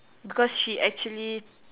because she actually